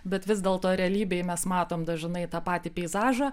bet vis dėlto realybėj mes matom dažnai tą patį peizažą